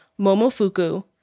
Momofuku